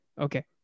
Okay